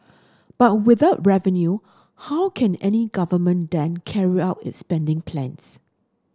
but without revenue how can any government then carry out its spending plans